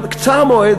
קצר מועד,